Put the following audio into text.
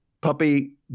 Puppy